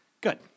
Good